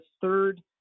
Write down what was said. third